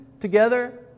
together